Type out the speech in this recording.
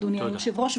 אדוני היושב-ראש,